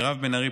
מירב בן ארי,